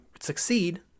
succeed